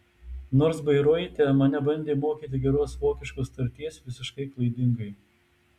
nors bairoite mane bandė mokyti geros vokiškos tarties visiškai klaidingai